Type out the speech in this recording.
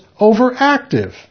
overactive